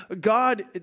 God